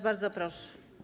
Bardzo proszę.